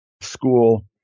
school